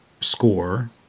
score